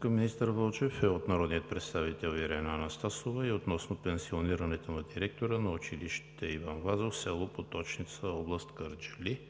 към министър Вълчев е от народния представител Ирена Анастасова относно пенсионирането на директора на училище „Иван Вазов“ в село Поточница, област Кърджали.